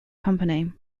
company